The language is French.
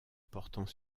portant